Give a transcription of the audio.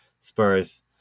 Spurs